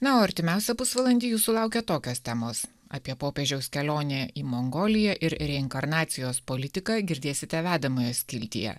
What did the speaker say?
na o artimiausią pusvalandį jūsų laukia tokios temos apie popiežiaus kelionė į mongoliją ir reinkarnacijos politiką girdėsite vedamojo skiltyje